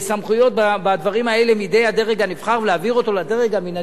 סמכויות בדברים האלה מידי הדרג הנבחר ולהעביר אותן לדרג המינהלי,